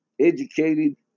educated